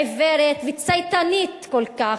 עיוורת וצייתנית כל כך,